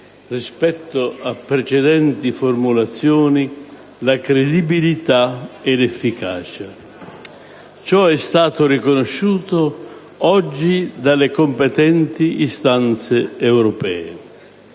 rispetto a precedenti formulazioni, la credibilità e l'efficacia. Ciò è stato riconosciuto oggi dalle competenti istanze europee.